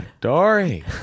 Dory